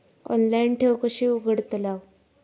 Online ठेव कशी उघडतलाव?